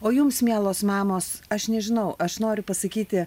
o jums mielos mamos aš nežinau aš noriu pasakyti